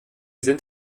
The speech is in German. sind